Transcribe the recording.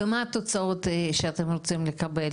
ומה התוצאות שאתם רוצים לקבל?